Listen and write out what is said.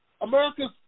America's